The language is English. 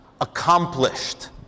Accomplished